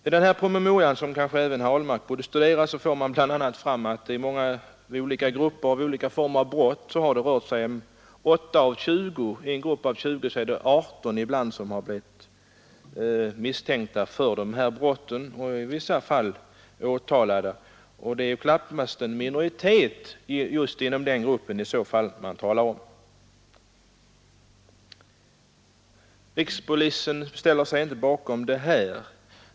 I den här promemorian, som kanske även herr Ahlmark borde studera, får man bl.a. fram att det vid olika former av brott har rört sig om 8 personer av 20. I en grupp på 20 personer är det ibland 18 som har blivit misstänkta för dessa brott och i vissa fall åtalade. Det är i så fall knappast någon minoritet i den gruppen man talar om. Rikspolisstyrelsen ställer sig inte bakom det här.